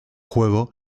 juego